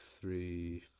three